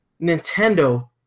Nintendo